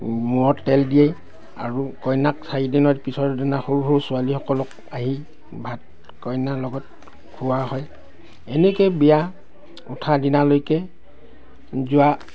মূৰত তেল দিয়ে আৰু কইনাক চাৰিদিনৰ পিছৰ দিনা সৰু সৰু ছোৱালীসকলক আহি ভাত কইনা লগত খোওৱা হয় এনেকেই বিয়া উঠা দিনালৈকে যোৱা